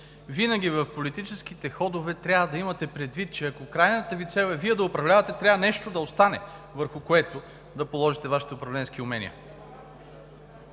винаги в политическите ходове трябва да имате предвид, че ако крайната Ви цел е Вие да управлявате, трябва нещо да остане, върху което да положите Вашите управленски умения,